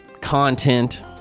content